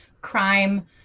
crime